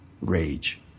rage